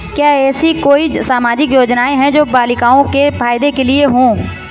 क्या ऐसी कोई सामाजिक योजनाएँ हैं जो बालिकाओं के फ़ायदे के लिए हों?